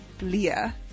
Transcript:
Leah